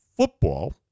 Football